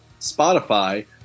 Spotify